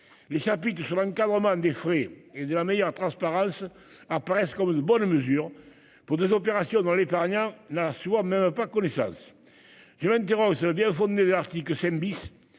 Les chapitres sur l'encadrement des fruits et de la meilleure transparence apparaisse comme une bonne mesure pour des opérations dans l'épargnant. Soit même pas connaissance. J'aimerais me dérangent le bien fondé. L'article 5 bis.